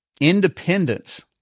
independence